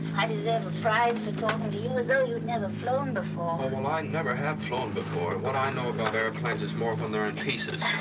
i deserve a prize for talking to you as though you've never flown before. well, i never have flown before. what i know about airplanes is more when they're in pieces.